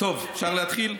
טוב, אפשר להתחיל?